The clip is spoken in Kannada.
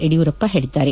ಯಡಿಯೂರಪ್ಪ ಹೇಳಿದ್ದಾರೆ